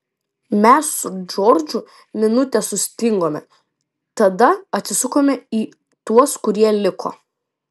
mes su džordžu minutę sustingome tada atsisukome į tuos kurie liko